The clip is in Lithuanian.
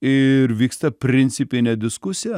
ir vyksta principinė diskusija